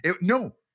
No